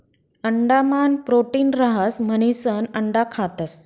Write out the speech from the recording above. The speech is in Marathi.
अंडा मान प्रोटीन रहास म्हणिसन अंडा खातस